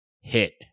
hit